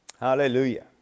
Hallelujah